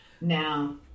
Now